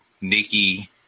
nikki